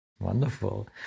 Wonderful